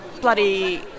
bloody